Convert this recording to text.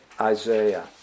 Isaiah